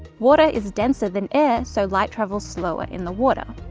water is denser than air so light travels slower in the water.